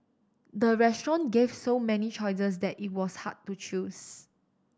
the restaurant gave so many choices that it was hard to choose